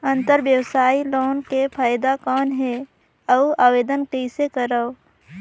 अंतरव्यवसायी लोन के फाइदा कौन हे? अउ आवेदन कइसे करव?